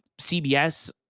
CBS